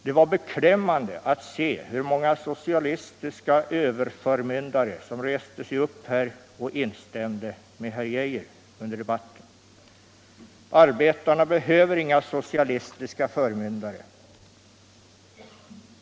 Det var beklämmande att se hur många socialistiska överförmyndare som här reste sig upp och in stämde med herr Arne Geijer under debatten. Arbetarna behöver inga socialistiska förmyndare.